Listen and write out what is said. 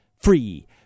free